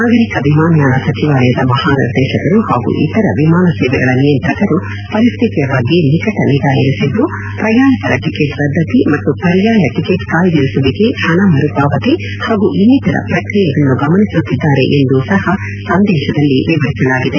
ನಾಗರಿಕ ವಿಮಾನಯಾನ ಸಚಿವಾಲಯದ ಮಹಾನಿರ್ದೇಶಕರು ಹಾಗೂ ಇತರ ವಿಮಾನ ಸೇವೆಗಳ ನಿಯಂತ್ರಕರು ಪರಿಸ್ಥಿತಿಯ ಬಗ್ಗೆ ನಿಕಟ ನಿಗಾ ಇರಿಸಿದ್ದು ಪ್ರಯಾಣಿಕರ ಟಿಕೆಟ್ ರದ್ದತಿ ಮತ್ತು ಪರ್ಯಾಯ ಟಿಕೆಟ್ ಕಾಯ್ಗಿರಿಸುವಿಕೆ ಹಣ ಮರುಪಾವತಿ ಹಾಗೂ ಇನ್ನಿತರ ಪ್ರಕ್ರಿಯೆಗಳನ್ನು ಗಮನಿಸುತ್ತಿದ್ದಾರೆ ಎಂದೂ ಸಹ ಸಂದೇಶದಲ್ಲಿ ವಿವರಿಸಲಾಗಿದೆ